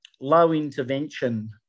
low-intervention